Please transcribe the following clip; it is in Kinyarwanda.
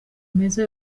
meza